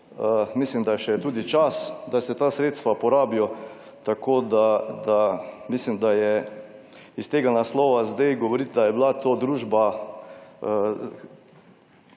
Mislim, da je še tudi čas, da se ta sredstva porabijo, tako da mislim, da je iz tega naslova sedaj govoriti, da je bila to družba